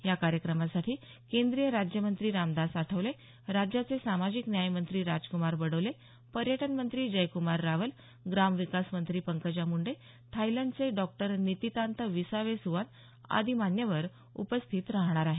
या कार्यक्रमासाठी केंद्रीय राज्य मंत्री रामदास आठवले राज्याचे सामाजिक न्याय मंत्री राजकुमार बडोले पर्यटनमंत्री जयक्मार रावल ग्राम विकास मंत्री पंकजा मुंडे थायलंडचे डॉक्टर नितितान्त विसावेसुआन आदी मान्यवर उपस्थित राहणार आहेत